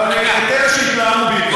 אבל אני יודע שהתלהמו, בעיקר.